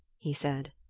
he said.